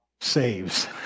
saves